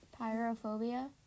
pyrophobia